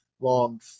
long